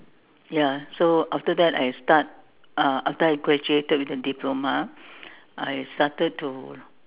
ya so after that I start uh after I graduated with a diploma I started to